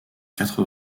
quatre